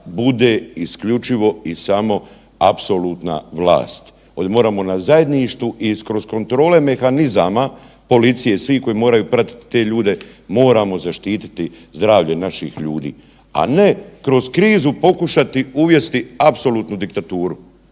bude isključivo i samo apsolutna vlast, ovdje moramo na zajedništvu i kroz kontrole mehanizama policije i svih koji moraju pratit te ljude, moramo zaštititi zdravlje naših ljudi, a ne kroz krizu pokušati uvesti apsolutnu diktaturu.